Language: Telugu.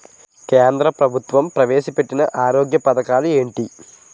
కేంద్ర ప్రభుత్వం ప్రవేశ పెట్టిన ఆరోగ్య పథకాలు ఎంటి?